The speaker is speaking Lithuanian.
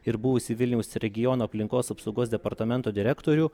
ir buvusį vilniaus regiono aplinkos apsaugos departamento direktorių